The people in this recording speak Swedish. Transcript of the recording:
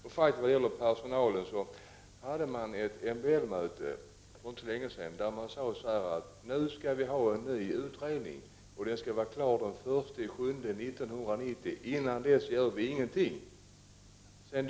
När det gäller personalen var det ett MBL-möte för inte så länge sedan där man sade att det nu skulle göras en ny utredning. Den utredningen skulle vara klar den 1 juli 1990. Innan dess skulle ingenting göras.